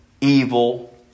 evil